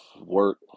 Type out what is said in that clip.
work